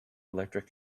electric